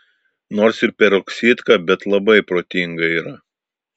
nors ir peroksidka bet labai protinga yra